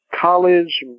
college